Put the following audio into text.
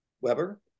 Weber